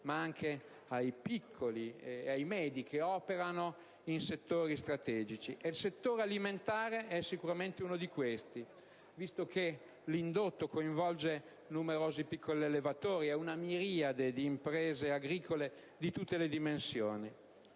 ma anche ai piccoli e ai medi che operano in settori strategici, e il settore alimentare è sicuramente uno di questi. Si tratta infatti di un settore il cui indotto coinvolge numerosi piccoli allevatori e una miriade di imprese agricole di tutte le dimensioni.